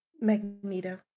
magneto